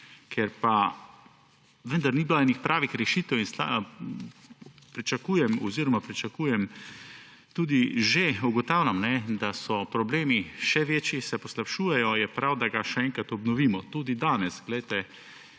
Ker pa vendar ni bilo kakšnih pravih rešitev in ker pričakujem, tudi že ugotavljam, da so problemi še večji, se poslabšujejo, je prav, da ga še enkrat obnovimo. Tudi danes me je